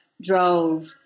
drove